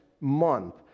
month